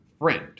friend